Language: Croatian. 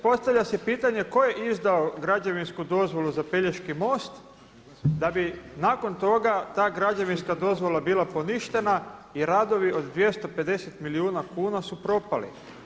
Postavlja se pitanje tko je izdao građevinsku dozvolu za Pelješki most da bi nakon toga ta građevinska dozvola bila poništena i radovi od 250 milijuna kuna su propali?